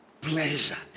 Pleasure